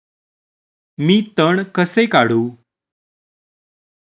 मी तण कसे काढू?